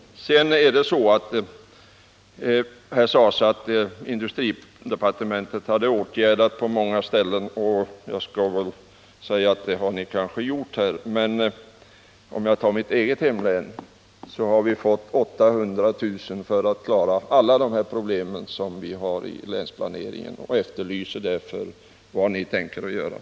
Industriministern sade att industridepartementet hade åtgärdat på många ställen, och det har ni kanske gjort. Men i mitt eget hemlän har vi fått 800 000 kr. för att klara alla problem, och vi undrar därför vad ni tänker göra, för det beloppet räcker inte långt.